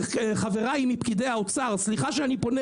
חבריי מפקידי האוצר סליחה שאני מדבר